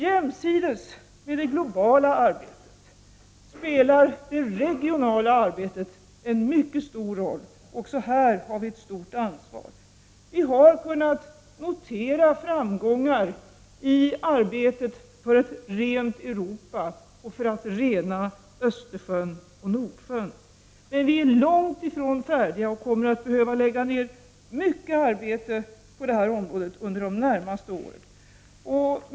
Jämsides med det globala arbetet spelar det regionala arbetet en mycket stor roll. Också här har vi ett stort ansvar. Vi har kunnat notera framgångar i arbetet för ett rent Europa och för att rena Östersjön och Nordsjön. Men vi är långt ifrån färdiga. Det kommer att behövas läggas ned mycket arbete på detta område under de närmaste åren.